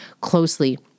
closely